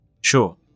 sure